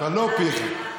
ולא פיך.